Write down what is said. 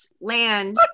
land